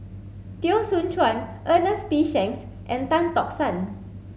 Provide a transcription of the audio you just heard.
Teo Soon Chuan Ernest P Shanks and Tan Tock San